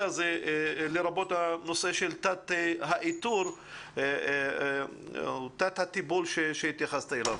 הזה לרבות הנושא של תת האיתור או תת הטיפול אליו התייחסת.